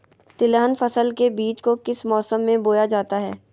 तिलहन फसल के बीज को किस मौसम में बोया जाता है?